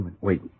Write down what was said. Wait